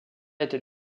était